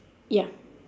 ya